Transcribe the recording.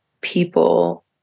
people